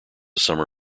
summer